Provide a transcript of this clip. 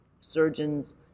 surgeons